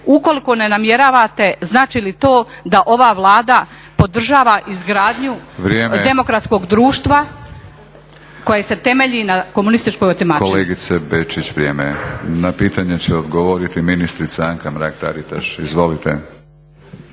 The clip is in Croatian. Ukoliko ne namjeravate znači li to da ova Vlada podržava izgradnju demokratskog društva koje se temelji na komunističkoj otimačini? **Batinić, Milorad (HNS)** Kolegice Bečić, vrijeme. Na pitanje će odgovoriti ministrica Anka Mrak Taritaš, izvolite.